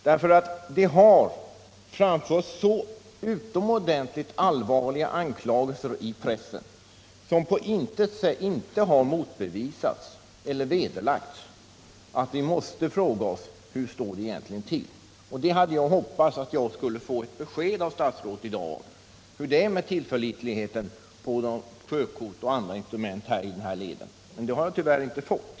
Det har framförts utomordentligt allvarliga anklagelser i pressen som på intet sätt har vederlagts. Vi måste därför fråga oss hur det egentligen står till. Jag hade hoppats att i dag få ett besked av statsrådet om hur det förhåller sig med sjökorten för Södertäljeleden, men det har jag tyvärr inte fått.